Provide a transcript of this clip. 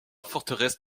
forteresse